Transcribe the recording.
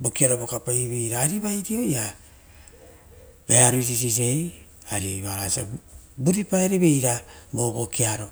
Vokiaro vokapaivera ari vairioia vearo rirei ari vaoraga osa vuripaereveira vo vokiaro